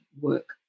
work